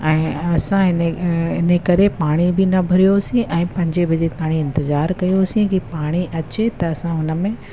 ऐं असां हिन इनकरे पाणी बि न भरियोसीं ऐं पंजे बजे ताईं इंतज़ार कयोसीं कि पाणी अचे त असां हुन में